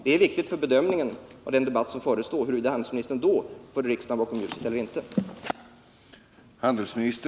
Det är viktigt för den debatt som förestår att få ett besked huruvida handelsministern då förde riksdagen bakom ljuset eller inte.